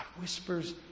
whispers